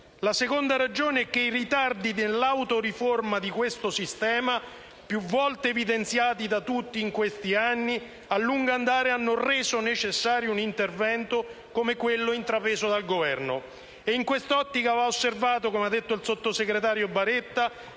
La seconda ragione è che i ritardi dell'autoriforma di questo sistema, più volte evidenziati da tutti in questi anni, a lungo andare hanno reso necessario un intervento come quello intrapreso dal Governo. In quest'ottica - come ha detto il sottosegretario Baretta